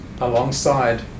alongside